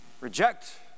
Reject